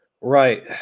Right